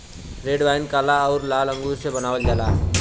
red wine काला आउर लाल अंगूर से बनावल जाला